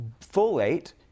folate